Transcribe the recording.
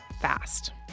fast